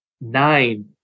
nine